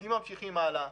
מפקדים ממשיכים הלאה,